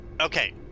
Okay